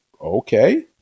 okay